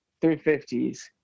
350s